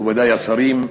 מכובדי השרים,